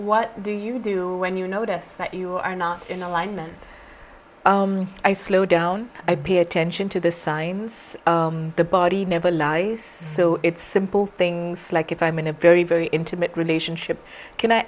what do you do when you notice that you are not in alignment i slow down i pay attention to the signs the body never lies so it's simple things like if i'm in a very very intimate relationship can i